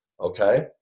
Okay